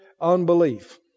unbelief